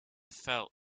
felt